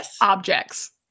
objects